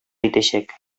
итәчәк